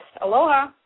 aloha